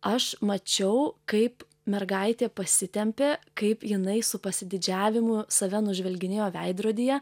aš mačiau kaip mergaitė pasitempė kaip jinai su pasididžiavimu save nužvelginėjo veidrodyje